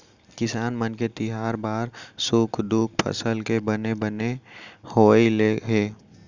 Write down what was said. किसान मन के तिहार बार सुख दुख फसल के बने बने होवई ले हे